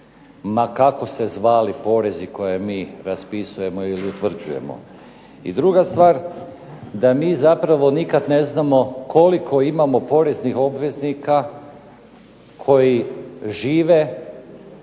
ma kako se zvali porezi koje mi raspisujemo ili utvrđujemo. I druga stvar, da mi zapravo nikada ne znamo koliko imamo poreznih obveznika koji žive